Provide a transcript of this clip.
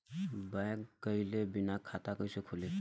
Bank गइले बिना खाता कईसे खुली?